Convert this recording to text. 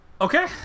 Okay